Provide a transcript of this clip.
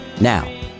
Now